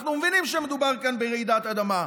אנחנו מבינים שמדובר כאן ברעידת אדמה.